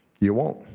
you won't.